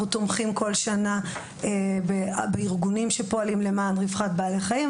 אנחנו תומכים בכל שנה בארגונים שפועלים למען רווחת בעלי החיים,